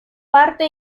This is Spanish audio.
parte